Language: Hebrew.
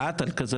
אחד על חוק כזה?